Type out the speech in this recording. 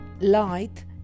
light